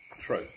True